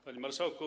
Panie Marszałku!